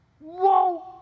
Whoa